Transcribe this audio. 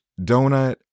donut